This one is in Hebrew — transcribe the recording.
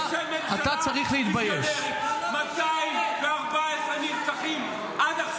אני רוצה לדבר ------ למה אני אקשיב?